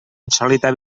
insòlita